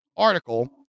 article